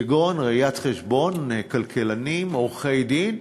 כגון: רואי-חשבון, כלכלנים, עורכי-דין,